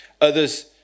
Others